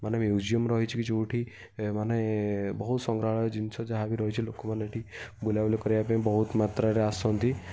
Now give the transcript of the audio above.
ମାନେ ମ୍ୟୁଜିୟମ୍ ରହିଛି କି ଯେଉଁଠି ଏମାନେ ବହୁତ ସଂଗ୍ରହାଳୟ ଜିନିଷ ଯାହା ବି ରହିଚି ଲୋକମାନେ ଏଠି ବୁଲାବୁଲି କରିବା ପାଇଁ ବହୁତ ମାତ୍ରାରେ ଆସନ୍ତି